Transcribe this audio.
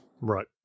Right